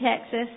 Texas